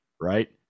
right